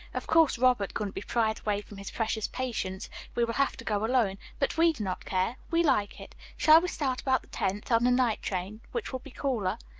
of course robert couldn't be pried away from his precious patients we will have to go alone but we do not care. we like it. shall we start about the tenth, on the night train, which will be cooler?